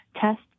test